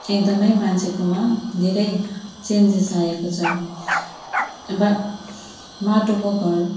एकदमै मान्छेकोमा धेरै चेन्जेस आएको छ वा माटोको घर